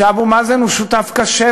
אבו מאזן הוא שותף קשה,